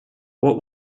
what